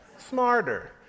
smarter